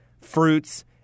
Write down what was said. fruits